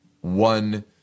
one